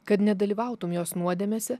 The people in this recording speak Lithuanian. kad nedalyvautum jos nuodėmėse